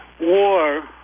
war